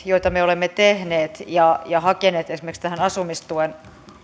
joita me olemme tehneet ja ja hakeneet esimerkiksi tähän asumistuen